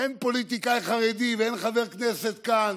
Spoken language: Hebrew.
אין פוליטיקאי חרדי ואין חבר כנסת כאן